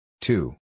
Two